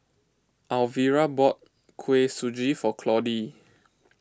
Alvira bought Kuih Suji for Claudie